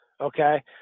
Okay